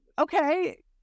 okay